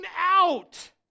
out